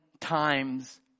times